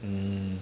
mm